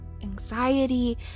anxiety